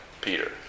Peter